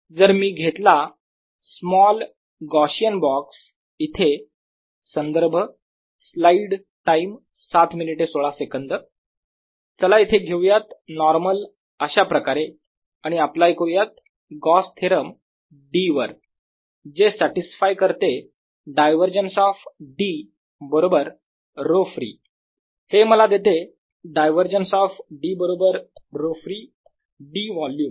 जर मी घेतला स्मॉल गॉशियन बॉक्स इथे संदर्भ स्लाईड टाईम 0716 चला इथे घेऊयात नॉर्मल अशाप्रकारे - आणि अप्लाय करूयात गॉस थेरम D वर जे सॅटिसफाय करते डायवरजन्स ऑफ D बरोबर ρfree हे मला देते डायव्हरजन्स ऑफ D बरोबर ρfree d वोल्युम